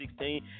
2016